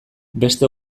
beste